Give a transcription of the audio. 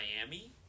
Miami